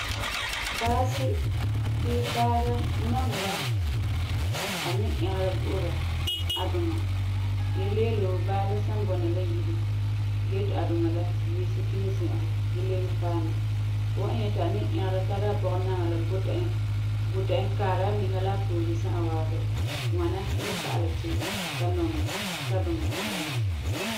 Baasi bii baaŋa nɔŋɛ la ka ni ɛgera gu'ura ka duma. Yele yele wuu baa la san bɔna la yire gee ti a duma la yese kiŋɛ zi'an gee lebe paɛ na, fu wan nyɛ ti a ni ɛgera tara ka bɔgenama la guta e, guta e kaara a niŋa la a poore za'a waabi. Ŋwana ni pa'alɛ ti ka nɔŋɛ ka duma la mɛ.